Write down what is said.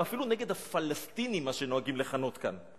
הם אפילו נגד הפלסטינים, מה שנוהגים לכנות כאן.